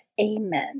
Amen